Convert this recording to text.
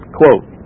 quote